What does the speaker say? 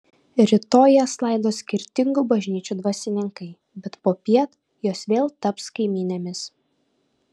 rytoj jas laidos skirtingų bažnyčių dvasininkai bet popiet jos vėl taps kaimynėmis